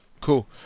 Cool